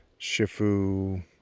Shifu